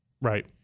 Right